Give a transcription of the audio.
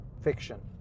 fiction